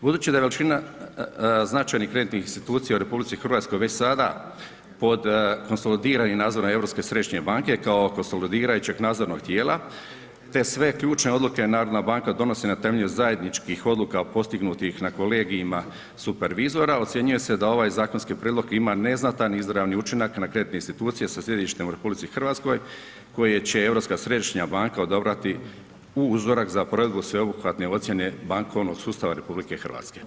Budući da je veličina značajnih kreditnih institucija u RH već sada pod konsolidiranim nadzorom Europske središnje banke kao konsolidirajućeg nadzornog tijela, te sve ključne odluke Narodna banka donosi na temelju zajedničkih odluka postignutih na kolegijima supervizora, ocjenjuje se da ovaj zakonski prijedlog ima neznatan izravni učinak na kreditne institucije sa sjedištem u RH koje će Europska središnja banka odabrati u uzorak za provedbu sveobuhvatne ocijene bankovnog sustava RH.